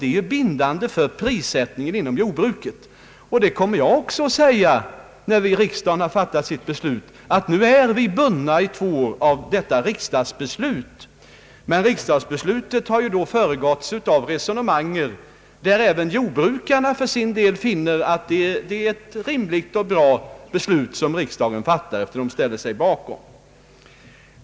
Det är bindande för prissättningen inom jordbruket. Det kommer jag också att säga. Men detta riksdagsbeslut har då föregåtts av resonemang med jordbrukarna, och dessa har ställt sig bakom beslutet och funnit att det är rimligt och bra.